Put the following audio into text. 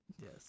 Yes